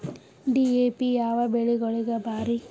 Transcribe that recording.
DAP ಯಾವ ಬೆಳಿಗೊಳಿಗ ಭಾರಿ?